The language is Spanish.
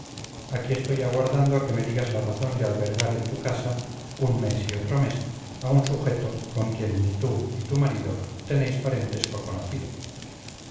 aquí estoy aguardando a que me digas la razón de albergar en tu casa un mes y otro mes a un sujeto con quien ni tú ni tu marido tenéis parentesco conocido